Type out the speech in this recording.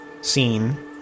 scene